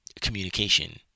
communication